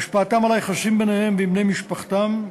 השפעתם על היחסים ביניהם ועם בני משפחתם,